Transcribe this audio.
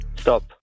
Stop